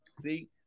see